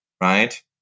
right